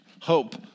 hope